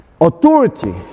Authority